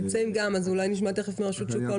הם נמצאים כאן, אז אולי נשמע התייחסות שלהם